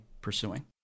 pursuing